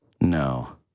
No